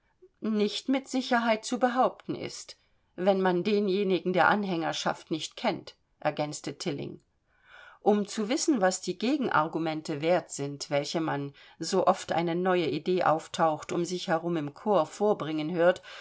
nicht mit sicherheit zu behaupten ist wenn man denjenigen der anhängerschaft nicht kennt ergänzte tilling um zu wissen was die gegenargumente wert sind welche man so oft eine neue idee auftaucht um sich herum im chor vorbringen hört